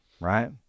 right